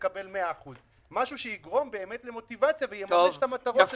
תקבל 100%. משהו שיגרום באמת למוטיבציה ויממש את המטרות של החוק הזה.